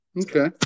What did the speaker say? Okay